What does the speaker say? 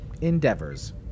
endeavors